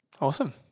Awesome